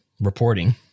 reporting